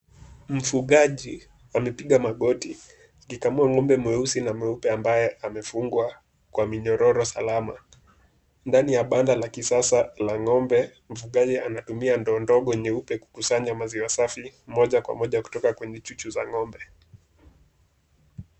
Mfugaji amepiga magoti akikamua ngombe mweusi na mweupe ambaye amefungwa kwa minyororo salama ndani ya banda la kisasa la ngombe. Mfugaji anatumia ndoo nyeupe kukusanya maziwa safi moja kwa moja kutoka kwenye chuchu za ngombe.